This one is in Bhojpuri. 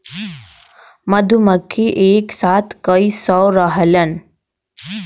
मधुमक्खी एक साथे कई सौ रहेलन